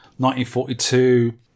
1942